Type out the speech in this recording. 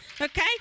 Okay